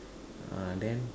uh then